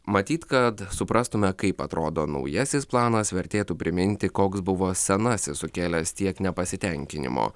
matyt kad suprastume kaip atrodo naujasis planas vertėtų priminti koks buvo senasis sukėlęs tiek nepasitenkinimo